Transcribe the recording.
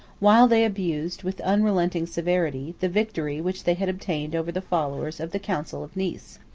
while they abused, with unrelenting severity, the victory which they had obtained over the followers of the council of nice.